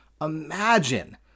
imagine